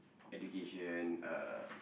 education uh